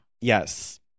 Yes